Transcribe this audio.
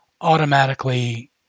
automatically